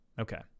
Okay